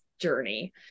Journey